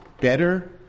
better